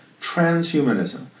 transhumanism